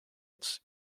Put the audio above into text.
its